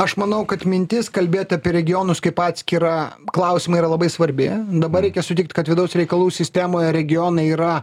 aš manau kad mintis kalbėt apie regionus kaip atskirą klausimą yra labai svarbi dabar reikia sutikt kad vidaus reikalų sistemoje regionai yra